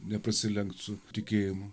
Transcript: neprasilenkt su tikėjimu